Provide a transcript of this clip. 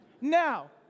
Now